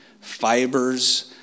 Fibers